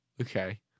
Okay